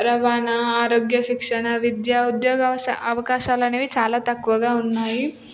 రవాణా ఆరోగ్య శిక్షణ విద్య ఉద్యోగ అవశా అవకాశాలు అనేవి చాలా తక్కువగా ఉన్నాయి